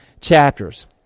chapters